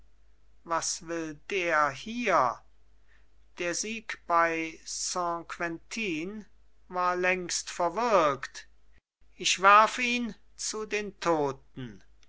was will der hier der sieg bei saint quentin war längst verwirkt ich werf ihn zu den toten